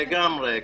לגמרי.